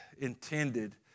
intended